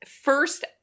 first